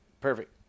perfect